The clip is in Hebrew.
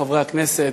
חברי הכנסת,